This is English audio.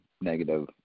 negative